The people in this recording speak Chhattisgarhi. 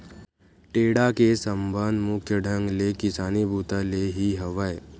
टेंड़ा के संबंध मुख्य ढंग ले किसानी बूता ले ही हवय